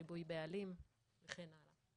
ריבוי בעלים וכן הלאה.